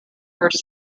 first